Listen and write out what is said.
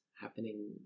happening